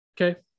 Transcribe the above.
Okay